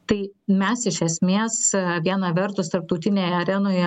tai mes iš esmės viena vertus tarptautinėje arenoje